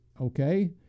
Okay